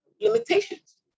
limitations